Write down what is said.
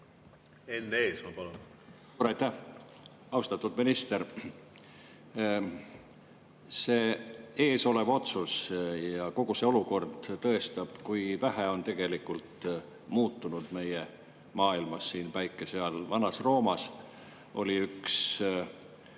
Enn Eesmaa, palun! Aitäh! Austatud minister! See ees olev otsus ja kogu see olukord tõestab, kui vähe on tegelikult muutunud meie maailmas siin päikese all. Vana-Roomas oli üks